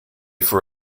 for